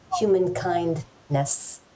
humankindness